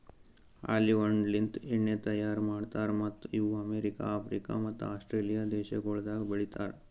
olive ಹಣ್ಣಲಿಂತ್ ಎಣ್ಣಿ ತೈಯಾರ್ ಮಾಡ್ತಾರ್ ಮತ್ತ್ ಇವು ಅಮೆರಿಕ, ಆಫ್ರಿಕ ಮತ್ತ ಆಸ್ಟ್ರೇಲಿಯಾ ದೇಶಗೊಳ್ದಾಗ್ ಬೆಳಿತಾರ್